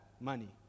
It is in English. money